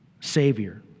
Savior